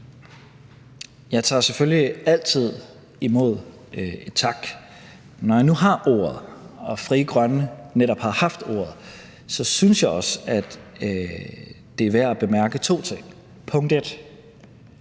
Jeg tager selvfølgelig altid imod tak. Og når jeg nu har ordet og Frie Grønne netop har haft ordet, synes jeg også, det er værd at bemærke to ting. Punkt 1: